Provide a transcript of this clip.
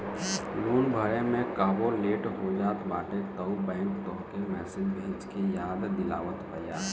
loan भरे में कबो लेट हो जात बाटे तअ बैंक तोहके मैसेज भेज के याद दिलावत बिया